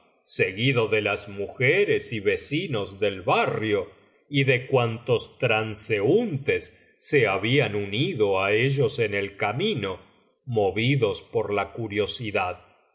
seguido do las mujeres y vecinos del barrio y de cuantos transeúntes se habían unido á ellos en el camino movidos por la curiosidad